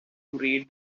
read